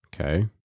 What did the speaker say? Okay